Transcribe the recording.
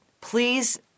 Please